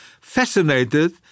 fascinated